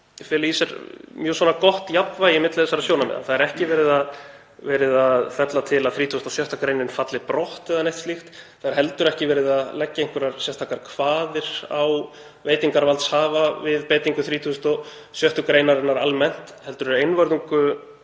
feli í sér mjög gott jafnvægi milli þessara sjónarmiða. Það er ekki verið að leggja til að 36. gr. falli brott eða neitt slíkt. Það er heldur ekki verið að leggja einhverjar sérstakar kvaðir á veitingarvaldshafa við beitingu 36. gr. almennt, heldur er einvörðungu